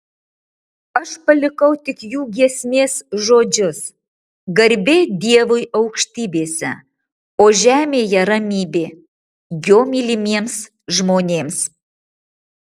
aš palikau tik jų giesmės žodžius garbė dievui aukštybėse o žemėje ramybė jo mylimiems žmonėms